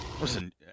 Listen